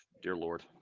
dear lord.